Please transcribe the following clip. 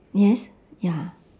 yes ya